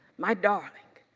my darling,